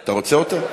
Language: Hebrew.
אתה רוצה אותה?